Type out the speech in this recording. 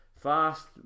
fast